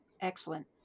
Excellent